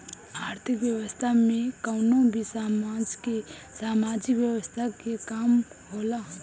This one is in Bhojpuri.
आर्थिक व्यवस्था में कवनो भी समाज के सामाजिक व्यवस्था के काम होला